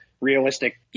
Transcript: realistic